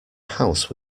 house